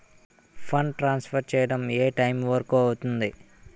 Fund transfer చేయడం ఏ time వరుకు అవుతుంది?